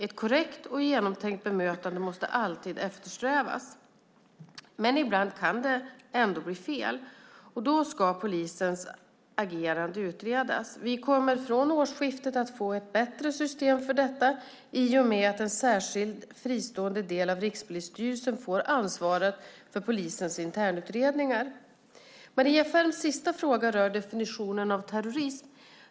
Ett korrekt och genomtänkt bemötande måste alltid eftersträvas. Men ibland kan det ändå bli fel. Då ska polisens agerande utredas. Vi kommer från årsskiftet att få ett ännu bättre system för detta i och med att en särskild fristående del av Rikspolisstyrelsen får ansvaret för polisens internutredningar. Maria Ferms sista fråga rör definitionen av terrorism.